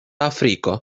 afriko